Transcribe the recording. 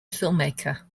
filmmaker